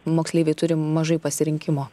moksleiviai turi mažai pasirinkimo